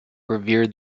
revered